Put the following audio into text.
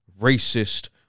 racist